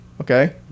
Okay